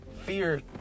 fear